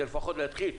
זה לפחות להתחיל,